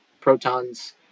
protons